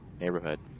neighborhood